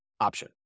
option